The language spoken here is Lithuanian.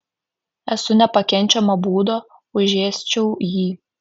esu nepakenčiamo būdo užėsčiau jį